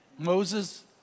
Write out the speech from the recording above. Moses